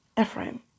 Ephraim